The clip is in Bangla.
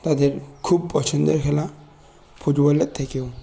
তাদের খুব পছন্দের খেলা ফুটবলের থেকেও